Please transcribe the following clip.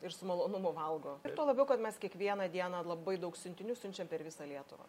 ir su malonumu valgo tuo labiau kad mes kiekvieną dieną labai daug siuntinių siunčiam per visą lietuvą